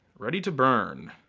ready to burn.